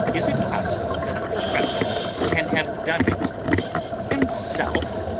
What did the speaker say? is it possible that the professor can have done it himself?